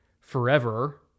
forever